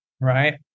right